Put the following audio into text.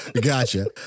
Gotcha